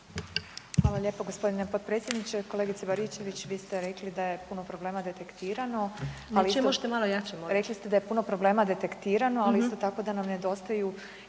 Hvala lijepa gospodine potpredsjedniče. Kolegice Baričević vi ste rekli da je puno problema detektirano, ali isto tako da nam nedostaju